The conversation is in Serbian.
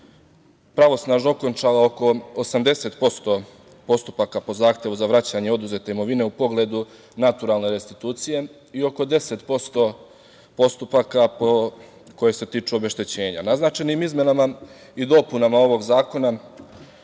pravosnažno okončala oko 80% postupaka po zahtevu za vraćanje oduzete imovine u pogledu naturalne restitucije i oko 10% postupaka koji se tiču obeštećenja. Naznačenim izmenama i dopunama ovog zakona